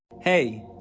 Hey